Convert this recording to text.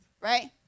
right